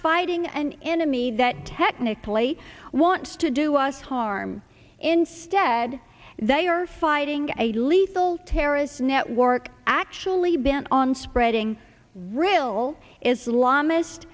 fighting an enemy that technically wants to do us harm instead they are fighting a lethal terrorist network actually bent on spreading real islamic